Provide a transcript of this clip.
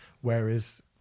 Whereas